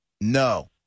No